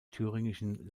thüringischen